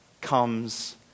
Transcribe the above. comes